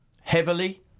Heavily